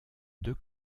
deux